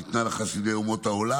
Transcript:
ניתנה לחסידי אומות העולם,